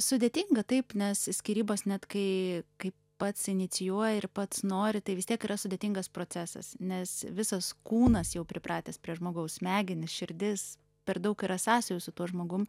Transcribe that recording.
sudėtinga taip nes skyrybas net kai kai pats inicijuoja ir pats nori tai vis tiek yra sudėtingas procesas nes visas kūnas jau pripratęs prie žmogaus smegenys širdis per daug yra sąsajų su tuo žmogum